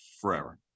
forever